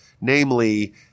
namely